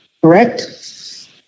correct